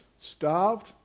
starved